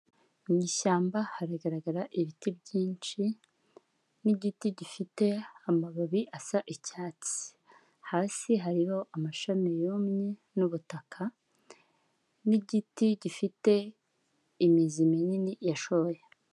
Mu ishyamba haragaragara ibiti byinshi n'igiti gifite amababi asa icyatsi, hasi hariho amashami yumye n'ubutaka n'igiti gifite imizi minini yashoye.